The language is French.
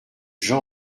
jean